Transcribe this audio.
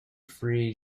free